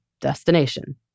destination